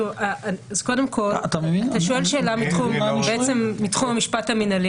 אתה שואל שאלה מתחום המשפט המנהלי